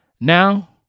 Now